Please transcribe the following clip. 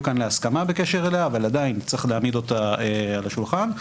כאן להסכמה בקשר אליה אבל עדיין יש להעמידה על השולחן,